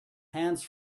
hands